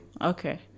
Okay